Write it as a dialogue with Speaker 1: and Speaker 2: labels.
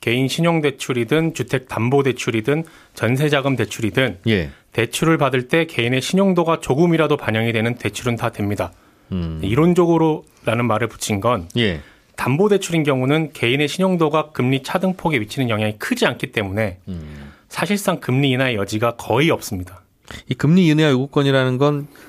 Speaker 1: 개인 신용대출이든 주택담보대출이든 전세자금대출이든
Speaker 2: 예.
Speaker 1: 대출을 받을 때 개인의 신용도가 조금이라도 반영이 되는 대출은 다 됩니다.
Speaker 2: 음.
Speaker 1: 이론적으로라는 말을 붙인 건
Speaker 2: 예.
Speaker 1: 담보대출인 경우는 개인의 신용도가 금리 차등폭에 미치는 영향이 크지 않기 때문에
Speaker 2: 음.
Speaker 1: 사실상 금리 인하의 여지가 거의 없습니다.
Speaker 2: 이 금리 인하 요구권이라는 건